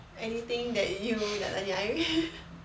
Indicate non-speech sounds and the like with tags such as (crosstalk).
anything that you nak tanya I (laughs)